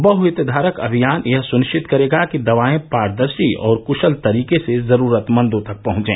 बहु हितधारक अभियान यह सुनिश्चित करेगा कि दवाए पारदर्शी और कुशल तरीके से जरूरतमंदों तक पहुंचें